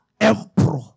Emperor